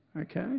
okay